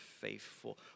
faithful